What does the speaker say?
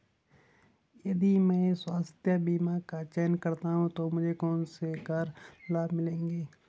यदि मैं स्वास्थ्य बीमा का चयन करता हूँ तो मुझे कौन से कर लाभ मिलेंगे?